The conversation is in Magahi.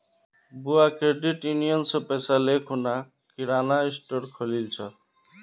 बुआ क्रेडिट यूनियन स पैसा ले खूना किराना स्टोर खोलील छ